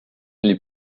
les